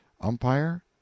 Umpire